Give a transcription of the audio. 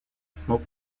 smoke